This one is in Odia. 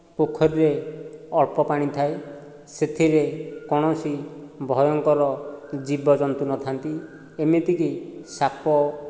ପୋଖରୀରେ ଅଳ୍ପ ପାଣିଥାଏ ସେଥିରେ କୌଣସି ଭୟଙ୍କର ଜୀବଜନ୍ତୁ ନଥାନ୍ତି ଏମିତି କି ସାପ